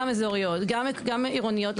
גם אזוריות, גם עירוניות.